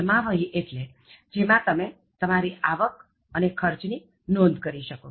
જમાવહી કે જેમાં તમે તમારી આવક અને ખર્ચ ની નોંધ કરી શકો